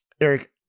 Eric